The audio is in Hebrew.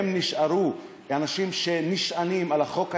הם נשארו אנשים שנשענים על החוק הישראלי,